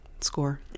score